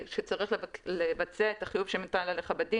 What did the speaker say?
שאם הם רוצים לקבל במקום דמי ביטול,